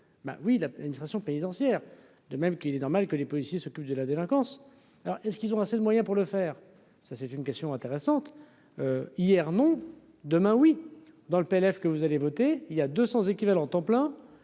bah oui, l'administration pénitentiaire, de même qu'il est normal que les policiers s'occupent de la délinquance alors est-ce qu'ils ont assez de moyens pour le faire, ça c'est une question intéresse. Hier, non demain oui dans le PLF que vous allez voter il y a 200 équivalents temps plein,